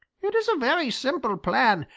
it is a very simple plan,